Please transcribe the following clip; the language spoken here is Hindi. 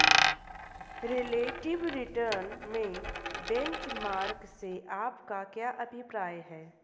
रिलेटिव रिटर्न में बेंचमार्क से आपका क्या अभिप्राय है?